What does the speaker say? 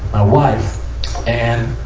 i was and